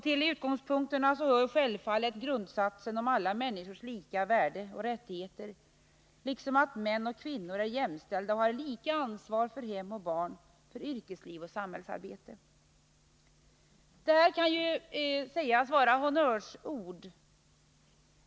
Till utgångspunkterna hör självfallet grundsatsen om alla människors lika värde och rättigheter, liksom att män och kvinnor är jämställda och har lika ansvar för hem och barn, för yrkesliv och samhällsarbete. Det här kan sägas vara honnörsord.